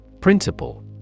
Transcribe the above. Principle